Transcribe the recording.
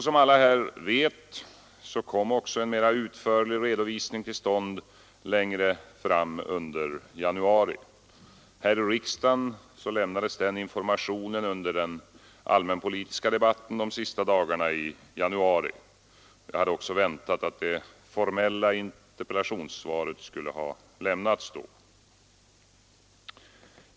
Som alla här vet kom också en mera utförlig redovisning till stånd längre fram under januari. I riksdagen lämnades den informationen under den allmänpolitiska debatten de sista dagarna i januari. Jag hade också väntat att det formella interpellationssvaret skulle ha lämnats då.